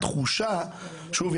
שוב,